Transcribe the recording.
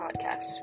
podcast